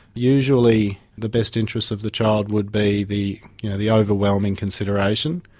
usually the best interests of the child would be the you know the overwhelming consideration,